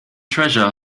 treasure